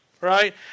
right